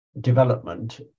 development